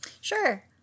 Sure